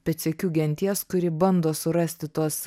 pėdsekių genties kuri bando surasti tuos